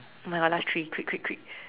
oh my god last three quick quick quick